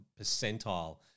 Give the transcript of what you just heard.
percentile